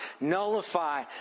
nullify